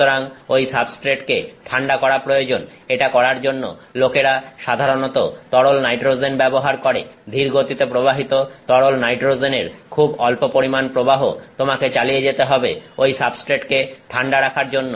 সুতরাং ঐ সাবস্ট্রেটকে ঠান্ডা করা প্রয়োজন এটা করার জন্য লোকেরা সাধারণত তরল নাইট্রোজেন ব্যবহার করে ধীরগতিতে প্রবাহিত তরল নাইট্রোজেনের খুব অল্প পরিমাণ প্রবাহ তোমাকে চালিয়ে যেতে হবে সাবস্ট্রেটকে ঠান্ডা রাখার জন্য